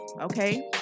Okay